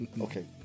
Okay